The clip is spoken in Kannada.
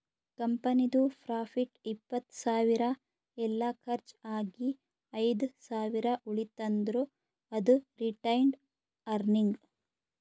ಕಂಪನಿದು ಪ್ರಾಫಿಟ್ ಇಪ್ಪತ್ತ್ ಸಾವಿರ ಎಲ್ಲಾ ಕರ್ಚ್ ಆಗಿ ಐದ್ ಸಾವಿರ ಉಳಿತಂದ್ರ್ ಅದು ರಿಟೈನ್ಡ್ ಅರ್ನಿಂಗ್